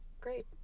great